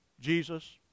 Jesus